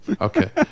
Okay